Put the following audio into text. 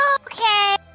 Okay